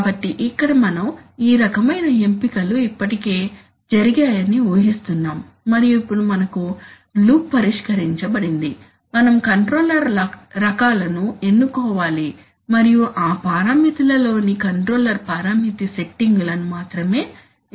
కాబట్టి ఇక్కడ మనం ఈ రకమైన ఎంపికలు ఇప్పటికే జరిగాయని ఊహిస్తున్నాము మరియు ఇప్పుడు మనకు లూప్ పరిష్కరించబడింది మనం కంట్రోలర్ రకాలను ఎన్నుకోవాలి మరియు ఆ పారామితులలోని కంట్రోలర్ పారామితి సెట్టింగులను మాత్రమే ఎంచుకోవాలి